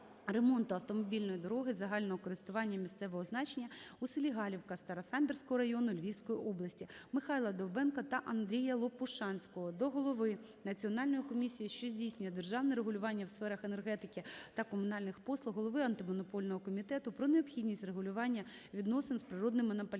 ремонту автомобільної дороги загального користування місцевого значення у селі Галівка Старосамбірського району Львівської області. Михайла Довбенка та Андрія Лопушанського до голови Національної комісії, що здійснює державне регулювання у сферах енергетики та комунальних послуг, голови Антимонопольного комітету про необхідність врегулювання відносин з природним монополістом.